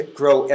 grow